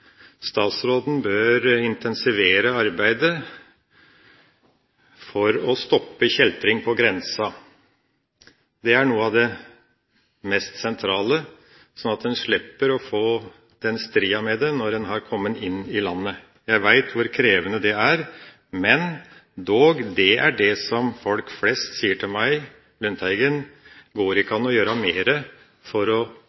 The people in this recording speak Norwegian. er noe av det mest sentrale, slik at en slipper å stri med dem når de har kommet inn i landet. Jeg vet hvor krevende det er, men dog, folk flest sier til meg: Lundteigen, går det ikke an å